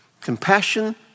compassion